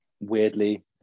weirdly